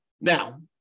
Now